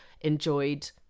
enjoyed